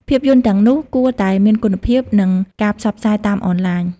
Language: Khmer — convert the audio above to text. ភាពយន្តទាំងនោះគួរតែមានគុណភាព និងការផ្សព្វផ្សាយតាមអនឡាញ។